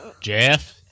Jeff